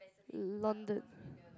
London